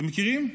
אתם מכירים?